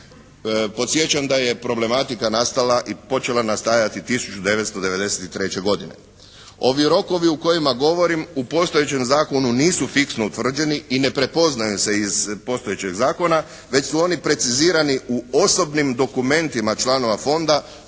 Podsjećam da je problematika nastala i počela nastajati 1993. godine. Ovi rokovi o kojima govorim u postojećem zakonu nisu fiksno utvrđeni i ne prepoznaju iz postojećeg zakona, već su oni precizirani u osobnim dokumentima članova Fonda